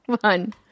one